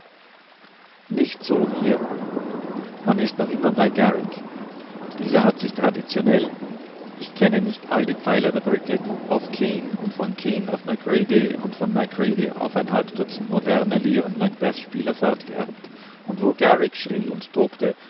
nicht so hier man ist noch immer bei garrick dieser hat sich traditionell ich kenne nicht all die pfeiler der brücke auf kean und von kean auf macready und von macready auf ein halb dutzend moderner lear und macbethspieler fortgeerbt und wo garrick schrie und tobte